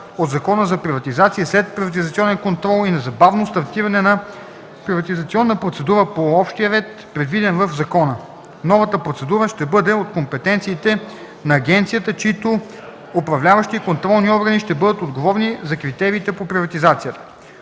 от Закона за приватизация и следприватизационен контрол и незабавно стартиране на приватизационна процедура по общия ред, предвиден в закона. Новата процедура ще бъде от компетенциите на агенцията, чиито управляващи и контролни органи ще бъдат отговорни за критериите по приватизацията.